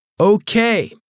Okay